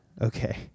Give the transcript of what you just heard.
Okay